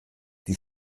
die